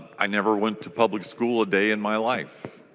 i never went to public school a day in my life.